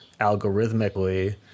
algorithmically